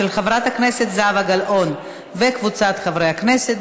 של חברת הכנסת זהבה גלאון וקבוצת חברות הכנסת.